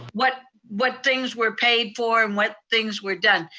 what what things were paid for, and what things were done.